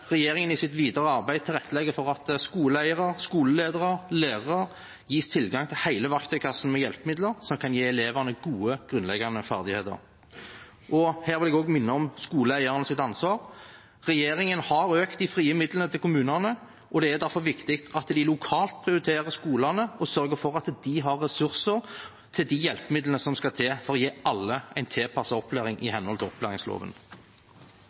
regjeringen i sitt videre arbeid tilrettelegger for at skoleeiere, skoleledere og lærere gis tilgang til hele verktøykassen med hjelpemidler som kan gi elevene gode, grunnleggende ferdigheter. Her vil jeg også minne om skoleeiernes ansvar. Regjeringen har økt de frie midlene til kommunene, og det er derfor viktig at de lokalt prioriterer skolene og sørger for at de har ressurser til de hjelpemidlene som skal til for å gi alle en tilpasset opplæring i henhold til opplæringsloven.